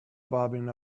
bobbing